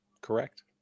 Correct